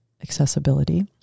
accessibility